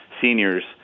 seniors